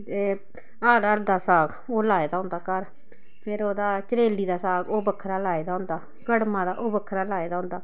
एह् हर हर दा साग ओह् लाए दा होंदा घर फिर ओह्दा चरेली दा साग ओह् बक्खरा लाए दा होंदा कड़मा दा ओह् बक्खरा लाए दा होंदा